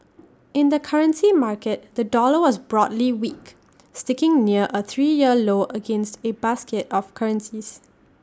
in the currency market the dollar was broadly weak sticking near A three year low against A basket of currencies